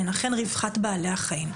זה אכן זה רווחת בעלי החיים.